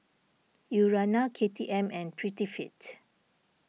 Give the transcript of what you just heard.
Urana K T M and Prettyfit